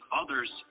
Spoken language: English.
others